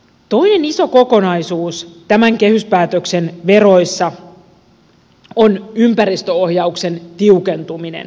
toinen iso kokonaisuus tämän kehyspäätöksen veroissa on ympäristöohjauksen tiukentuminen verotuksessa